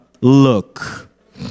look